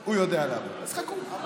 הוא יודע לעבוד, אז חכו.